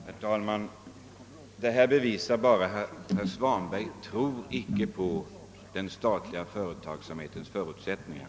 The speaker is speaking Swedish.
Herr talman! Herr Svanbergs anförande visar att han icke tror på den statliga företagsamhetens förutsättningar.